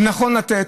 זה נכון לתת.